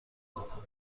بکن